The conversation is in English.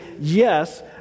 yes